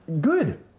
Good